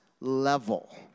level